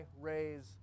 raise